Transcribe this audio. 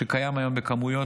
שקיים היום בכמויות,